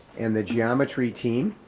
and the geometry team,